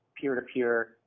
peer-to-peer